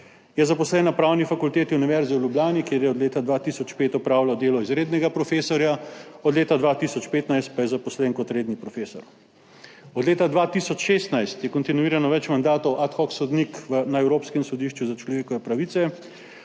Zaposlen je na Pravni fakulteti Univerze v Ljubljani, kjer je od leta 2005 opravljal delo izrednega profesorja, od leta 2015 pa je zaposlen kot redni profesor. Od leta 2016 je kontinuirano več mandatov ad hoc sodnik na Evropskem sodišču za človekove pravice,